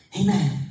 Amen